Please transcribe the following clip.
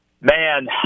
Man